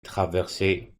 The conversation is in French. traversée